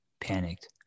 panicked